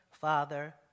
father